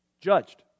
judged